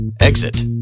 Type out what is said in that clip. Exit